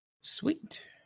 Sweet